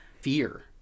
fear